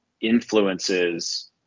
influences